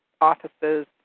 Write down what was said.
offices